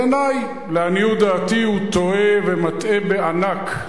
בעיני, לעניות דעתי, הוא טועה ומטעה בענק.